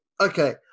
Okay